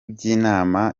by’inama